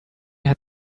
had